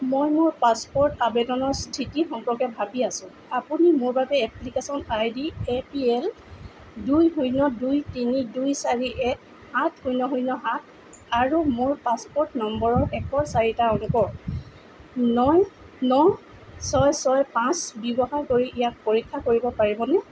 মই মোৰ পাছপোৰ্ট আবেদনৰ স্থিতি সম্পৰ্কে ভাবি আছোঁ আপুনি মোৰ বাবে application ID A P L দুই শূণ্য দুই তিনি দুই চাৰি এক আঠ শূণ্য শূণ্য সাত আৰু মোৰ পাছপোৰ্ট নম্বৰৰ শেষৰ চাৰিটা অংক ন ন ছয় ছয় পাঁচ ব্যৱহাৰ কৰি ইয়াক পৰীক্ষা কৰিব পাৰিবনে